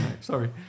sorry